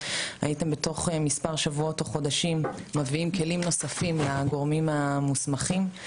הייתם בתוך מספר שבועות או חודשים מביאים כלים נוספים לגורמים המוסמכים.